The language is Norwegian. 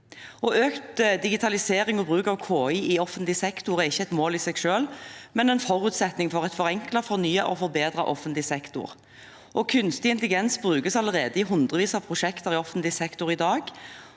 Økt digitalisering og bruk av KI i offentlig sektor er ikke et mål i seg selv, men en forutsetning for en forenklet, fornyet og forbedret offentlig sektor. Kunstig intelligens brukes allerede i dag i hundrevis av prosjekter i offentlig sektor, og